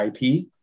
IP